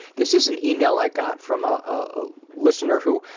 this is an email i got from a ah listener who,